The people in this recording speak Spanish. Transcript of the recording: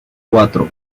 cuatro